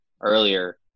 earlier